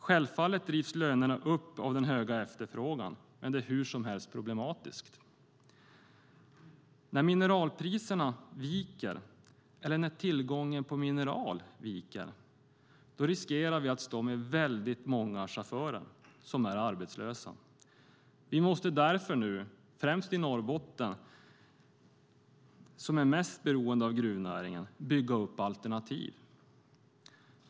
Självfallet drivs lönerna upp av den höga efterfrågan, men det är hur som helst problematiskt. När mineralpriserna viker eller när tillgången på mineral viker, då riskerar vi att stå med väldigt många chaufförer som är arbetslösa. Vi måste därför nu, främst i Norrbotten, som är mest beroende av gruvnäringen, bygga upp alternativ.